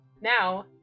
Now